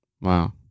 Wow